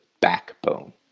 backbone